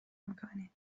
میکنی